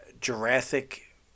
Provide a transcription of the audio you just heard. Jurassic